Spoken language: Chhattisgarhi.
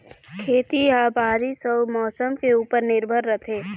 खेती ह बारीस अऊ मौसम के ऊपर निर्भर रथे